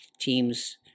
teams